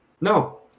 No